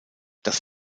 das